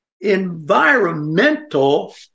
environmental